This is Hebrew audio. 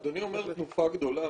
אדוני אומר תנופה גדולה.